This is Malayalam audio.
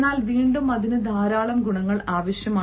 എന്നാൽ വീണ്ടും അതിന് ധാരാളം ഗുണങ്ങൾ ആവശ്യമാണ്